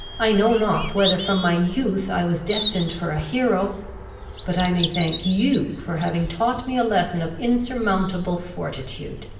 i know not whether from my youth i was destined for a hero but i may thank you for having taught me a lesson of insurmountable fortitude.